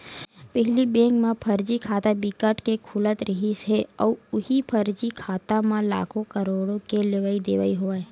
पहिली बेंक म फरजी खाता बिकट के खुलत रिहिस हे अउ उहीं फरजी खाता म लाखो, करोड़ो के लेवई देवई होवय